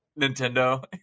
Nintendo